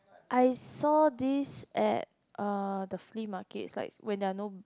I saw this at uh the flea market it's like when there're no